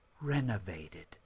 renovated